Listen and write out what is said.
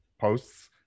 posts